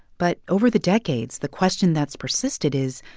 but over the decades, the question that's persisted is,